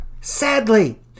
Sadly